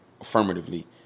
affirmatively